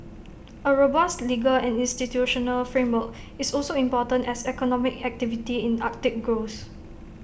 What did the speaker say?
A robust legal and institutional framework is also important as economic activity in Arctic grows